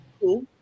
Cool